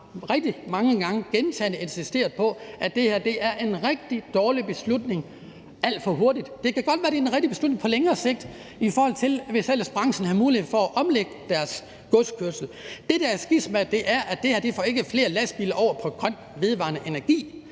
rigtig mange gange, gentagne gange, har insisteret på, at det her er en rigtig dårlig beslutning, eller at det sker alt for hurtigt. Det kan godt være, at det ville være en rigtig beslutning på længere sigt, hvis ellers branchen havde mulighed for at omlægge deres godskørsel. Det, der er skismaet, er, at det her ikke får flere lastbiler over på grøn, vedvarende energi,